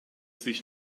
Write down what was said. sich